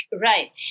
Right